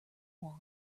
want